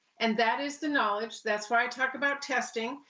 and that is the knowledge. that's why i talk about testing,